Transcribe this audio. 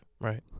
right